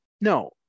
No